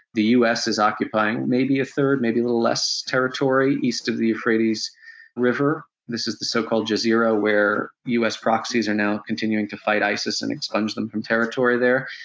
the us is occupying maybe a third, maybe a little less territory east of the euphrates river. this is the so-called jazira where us proxies are now continuing to fight isis and expunge them from territory there.